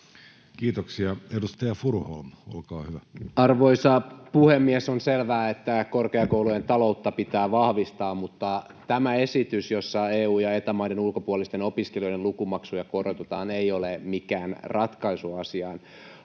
muuttamisesta Time: 16:42 Content: Arvoisa puhemies! On selvää, että korkeakoulujen taloutta pitää vahvistaa, mutta tämä esitys, jossa EU- ja Eta-maiden ulkopuolisten opiskelijoiden lukumaksuja korotetaan, ei ole mikään ratkaisu asiaan.